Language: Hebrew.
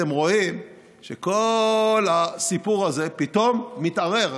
אתם רואים שכל הסיפור הזה פתאום מתערער.